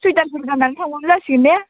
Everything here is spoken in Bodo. सुवेटारफोर गाननानै थांबाबो जासिगोन ने